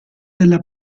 della